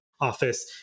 Office